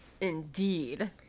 Indeed